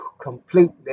completely